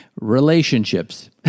Relationships